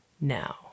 now